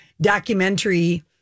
documentary